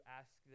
ask